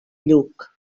lluc